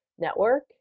network